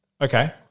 Okay